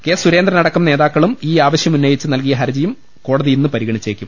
K Surendran അടക്കം നേതാക്കളും ഈയാവശൃം ഉന്നയിച്ച് നൽകിയ ഹർജിയും കോടതി ഇന്ന് പരിഗണിച്ചേക്കും